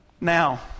Now